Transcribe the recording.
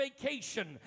vacation